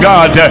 God